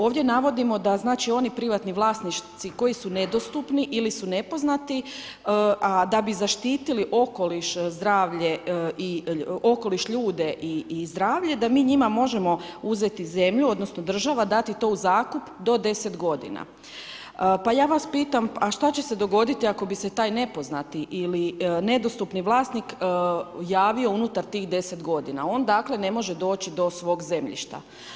Ovdje navodimo, da oni privatni vlasništvo, koji su nedostupni ili su nepoznati, a da bi zaštitili okoliš, zdravlje, okoliš, ljude i zdravlje da mi njima možemo uzeti zemlju, odnosno, država dati to u zakup do 10 g. Pa ja vas pitam, a šta će se dogoditi, kako bi se taj nepoznati ili nedostupni vlasnik javio unutar tih 10 g. On dakle, ne može doći do svog zemljišta.